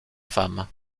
femme